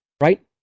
right